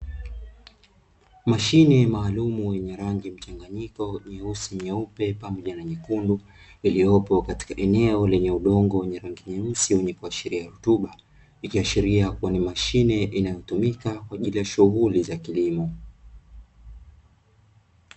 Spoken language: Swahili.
Mashine maalumu yenye rangi mchanganyiko nyeusi, nyeupe pamoja na nyekundu iliopo eneo lenye udongo mweusi lenye kuashilia mashine inayo tumika kwenye shighuli za kilimo